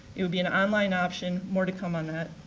it will be an online option, more to come on that.